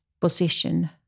position